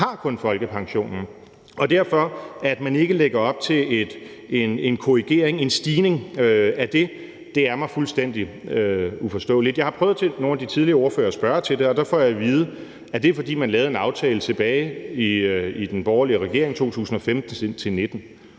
har kun folkepensionen, og derfor er det, at man ikke lægger op til en korrigering, en stigning, af det, mig fuldstændig uforståeligt. Jeg har prøvet at spørge nogle af de tidligere ordførere til det, og der får jeg at vide, at det er, fordi man lavede en aftale tilbage i den borgerlige regering i 2015-2019,